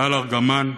טל ארגמן,